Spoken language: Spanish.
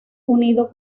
unido